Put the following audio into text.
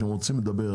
רוצים לדבר,